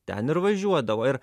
ten ir važiuodavo ir